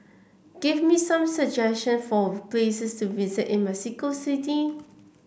give me some suggestions for places to visit in Mexico City